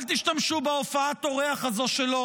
אל תשתמשו בהופעת אורח הזו שלו